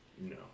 No